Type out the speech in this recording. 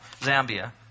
Zambia